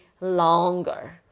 longer